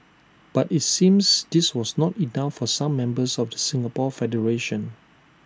but IT seems this was not enough for some members of the Singapore federation